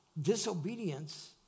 Disobedience